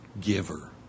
giver